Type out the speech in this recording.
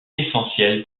essentielle